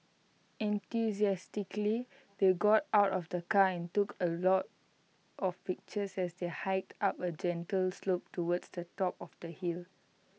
enthusiastically they got out of the car and took A lot of pictures as they hiked up A gentle slope towards the top of the hill